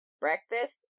breakfast